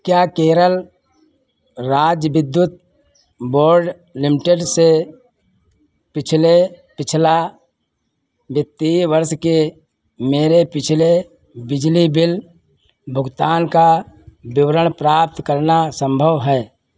क्या केरल राज्य विद्युत बोर्ड लिमिटेड से पिछले पिछला वित्तीय बर्ष के मेरे पिछले बिजली बिल भुगतान का विवरण प्राप्त करना सम्भव है